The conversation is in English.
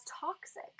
toxic